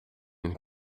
and